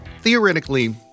Theoretically